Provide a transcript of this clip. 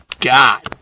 God